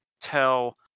tell